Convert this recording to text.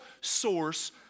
source